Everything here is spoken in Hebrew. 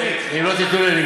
אם לא תיתנו לי,